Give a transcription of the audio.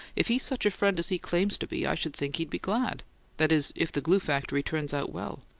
if he's such a friend as he claims to be, i should think he'd be glad that is, if the glue factory turns out well.